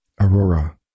Aurora